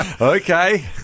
Okay